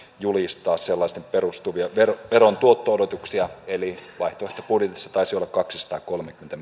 julistaa sellaiseen perustuvia veron veron tuotto odotuksia eli vaihtoehtobudjetissa taisi olla kaksisataakolmekymmentä